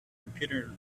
computer